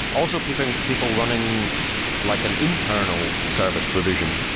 also people people running like an internal service provision.